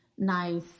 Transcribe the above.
nice